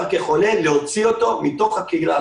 כחולה להוציא אותו מתוך הקהילה החוצה.